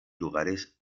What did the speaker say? lugares